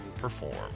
perform